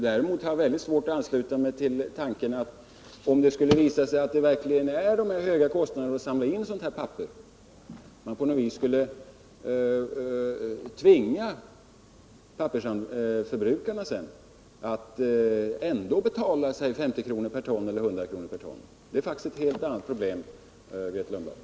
Däremot har jag väldigt svårt att ansluta mig till tanken att man, om det skulle visa sig att det verkligen är förenat med de här höga kostnaderna att samla in papperet, på något vis skulle tvinga pappersförbrukarna att ändå betala 50 eller 100 kr. per ton. Det är faktiskt ett helt annat problem, Grethe Lundblad.